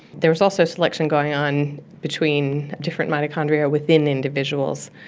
there was also selection going on between different mitochondria within individuals.